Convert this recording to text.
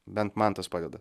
bent man tas padeda